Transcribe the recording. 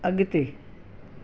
अगि॒ते